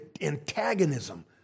antagonism